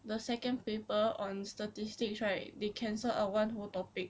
the second paper on statistics right they cancel our one whole topic